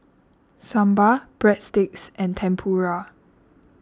Sambar Breadsticks and Tempura